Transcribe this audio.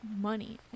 money